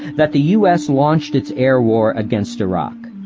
that the u s. launched its air war against iraq.